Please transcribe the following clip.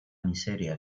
miseria